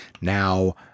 Now